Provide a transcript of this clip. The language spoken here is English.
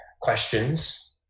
questions